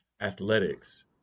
athletics